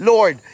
Lord